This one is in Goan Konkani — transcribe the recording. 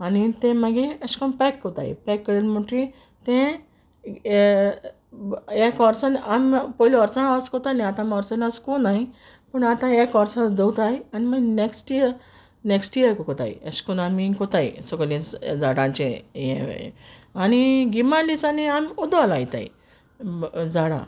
आनी तें मागी अेश कोन्न पॅक कोताय पॅक केल म्हुटरी तें एक ओर्सान आम पोयल ओर्सान ओर्स कोतालीं आत आम ओर्सान ओर्स कोनाय पूण आतां एक ओर्सा दोताय आनी मागी नॅक्स्ट इयर नॅक्स्ट इयर कोताय अेश कोन्न आमी कोताय सोगळीं झाडांचें हें आनी गिमा दिसांनीं आम उदो लायताय झाडां